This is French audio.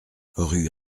rue